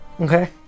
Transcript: Okay